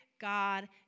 God